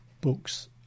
books